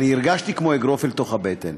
הרגשתי כמו אגרוף אל תוך הבטן.